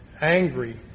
angry